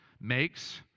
makes